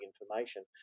information